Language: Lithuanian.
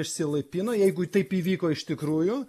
išsilaipino jeigu taip įvyko iš tikrųjų